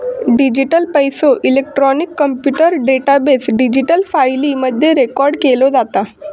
digital पैसो, electronic computer database, digital फाईली मध्ये रेकॉर्ड केलो जाता